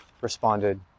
responded